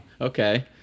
Okay